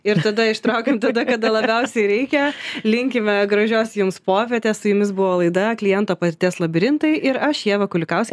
ir tada ištraukiam tada kada labiausiai reikia linkime gražios jums popietės su jumis buvo laida kliento patirties labirintai ir aš ieva kulikausk